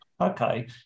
Okay